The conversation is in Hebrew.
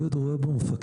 אני עוד רואה בו מפקד.